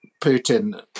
Putin